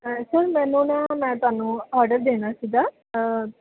sir ਮੈਨੂੰ ਨਾ ਮੈਂ ਤੁਹਾਨੂੰ ਆਰਡਰ ਦੇਣਾ ਸੀਗਾ